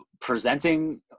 presenting